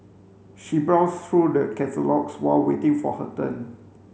she browsed through the catalogues while waiting for her turn